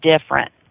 different